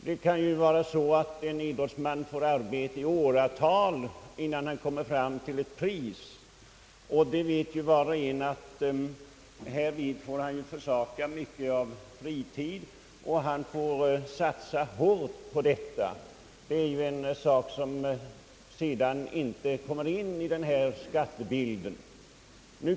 Det kan ju vara så att en idrottsman får arbeta i åratal innan han kan erövra ett pris, och envar vet ju att han får försaka mycket av fritid och att han får satsa hårt på sin förberedelse. Det är en sak som sedan inte kommer in i skattebilden.